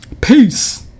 Peace